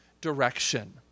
direction